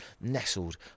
nestled